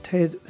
Ted